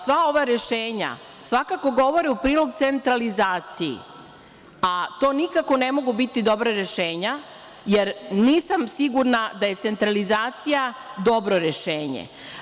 Sva ova rešenja svakako govore u prilog centralizaciji, a to nikako ne mogu biti dobra rešenja, jer nisam sigurna da je centralizacija dobro rešenje.